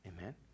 Amen